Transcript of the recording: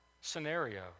scenario